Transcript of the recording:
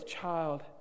child